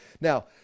Now